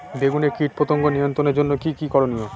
বেগুনে কীটপতঙ্গ নিয়ন্ত্রণের জন্য কি কী করনীয়?